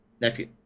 nephew